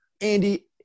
Andy